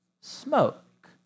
smoke